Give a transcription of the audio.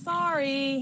Sorry